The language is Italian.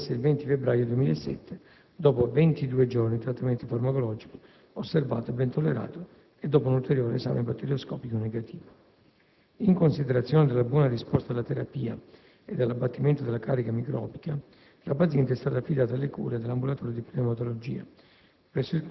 dimessa il 20 febbraio 2007, dopo 22 giorni di trattamento farmacologico osservato e ben tollerato e dopo un ulteriore esame batterioscopico negativo. In considerazione della buona risposta alla terapia e dell'abbattimento della carica microbica, la paziente è stata affidata alle cure dell'ambulatorio di pneumatologia,